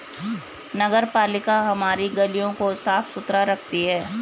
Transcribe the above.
नगरपालिका हमारी गलियों को साफ़ सुथरा रखती है